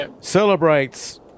celebrates